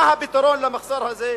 מה הפתרון למחסור הזה?